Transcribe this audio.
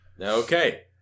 Okay